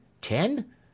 ten